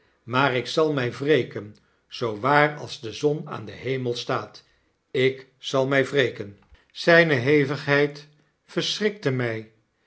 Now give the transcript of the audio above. maar ik zal mjj wreken zoo waar als de zon aan den hemel staat ik zal mg wreken ztjne hevigheid verschrikte mg